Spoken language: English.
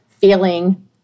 feeling